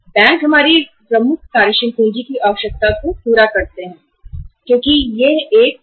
यह बैंकों की एक पूर्व शर्त है